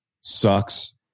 sucks